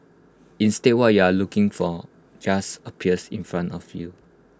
instead what you aren't looking for just appears in front of you